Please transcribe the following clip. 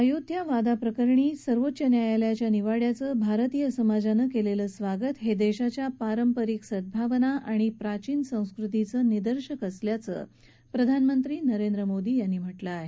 अयोध्या वादप्रकरणी सर्वोच्च न्यायालयाच्या निवाड्याचं भारतीय समाजानं केलेलं स्वागत हे देशाच्या पारंपरिक सद्भावना आणि प्राचीन संस्कृतीचं निदर्शक असल्याचं प्रधानमंत्री नरेंद्र मोदी यांनी म्हटलं आहे